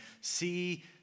See